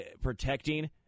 protecting